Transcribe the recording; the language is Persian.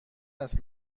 است